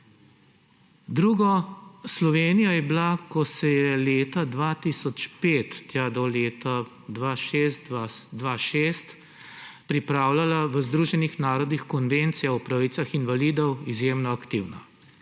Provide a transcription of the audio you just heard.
Drugo, Slovenija je bila, ko se je leta 2005, tja do leta 2006, pripravljala v Združenih narodih Konvencija o pravicah invalidov, izjemno aktivna.